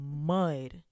mud